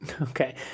Okay